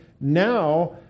Now